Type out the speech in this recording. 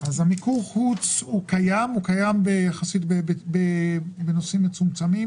מיקור החוץ קיים בנושאים מצומצמים.